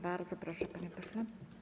Bardzo proszę, panie pośle.